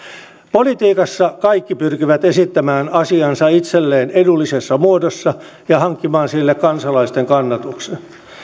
politiikassa kaikki toimijat pyrkivät esittämään asiansa itselleen edullisessa muodossa ja hankkimaan sille kansalaisten kannatuksen